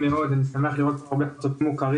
אני שמח לראות פה הרבה פרצופים מוכרים.